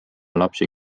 lapsi